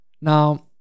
Now